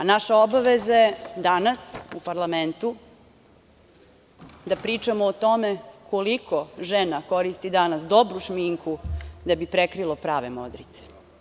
Naša obaveza je danas u parlamentu da pričamo o tome koliko žena koristi danas dobru šminku da bi prekrile prave modrice.